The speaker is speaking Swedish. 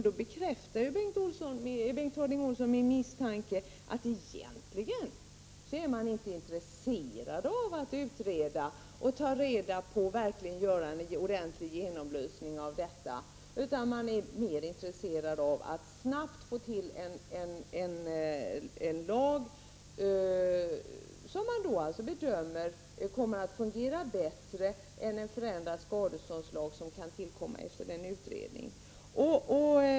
Då bekräftar Bengt Harding Olson min misstanke om att man egentligen inte är intresserad av att utreda och verkligen göra en ordentlig genomlysning. Man är mer intresserad av att snabbt få till en lag som man bedömer kommer att fungera bättre än en förändrad skadeståndslag som kan tillkomma efter en utredning.